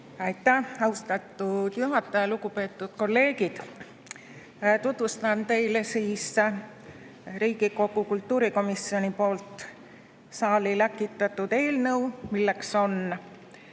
Aitäh, austatud juhataja! Lugupeetud kolleegid! Tutvustan teile Riigikogu kultuurikomisjoni poolt saali läkitatud eelnõu. Selle tekst on